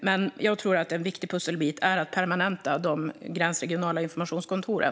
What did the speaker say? Jag tror dock att en viktig pusselbit är att permanenta de gränsregionala informationskontoren.